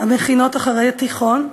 המכינות אחרי תיכון.